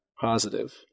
positive